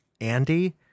Andy